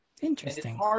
Interesting